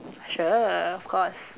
sure of course